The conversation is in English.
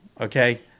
Okay